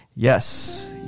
Yes